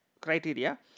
criteria